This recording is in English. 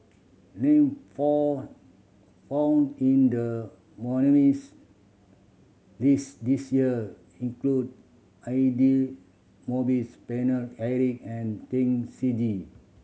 name found found in the nominees' list this year include Aidli Mosbit Paine Eric and Chen Shiji